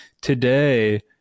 today